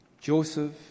Joseph